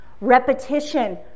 repetition